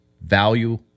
value